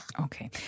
Okay